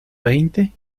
veinte